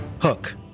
hook